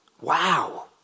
Wow